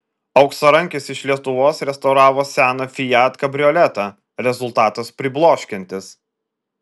auksarankis iš lietuvos restauravo seną fiat kabrioletą rezultatas pribloškiantis